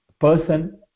person